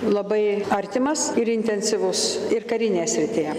labai artimas ir intensyvus ir karinėje srityje